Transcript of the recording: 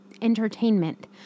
Entertainment